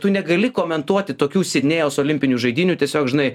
tu negali komentuoti tokių sidnėjaus olimpinių žaidynių tiesiog žinai